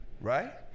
Right